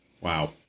Wow